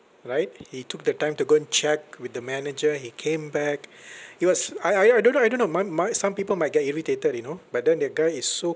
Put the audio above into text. right he took the time to go and check with the manager he came back he was I I I don't know I don't know mi~ mi~ some people might get irritated you know but then that guy is so